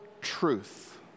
truth